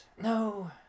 No